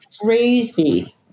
crazy